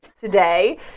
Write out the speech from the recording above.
today